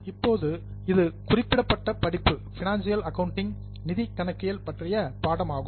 இப்போது இந்த குறிப்பிட்ட படிப்பு பைனான்சியல் அக்கவுண்டிங் நிதி கணக்கியல் பற்றிய பாடம் ஆகும்